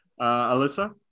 Alyssa